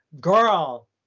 girl